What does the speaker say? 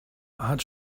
hat